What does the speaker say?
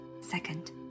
Second